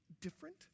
different